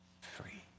free